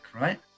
right